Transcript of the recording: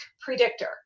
predictor